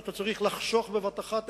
כשאתה צריך לחסוך בבת-אחת,